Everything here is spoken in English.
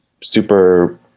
super